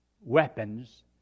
weapons